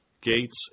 gates